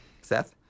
Seth